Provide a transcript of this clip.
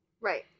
Right